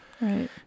right